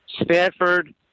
Stanford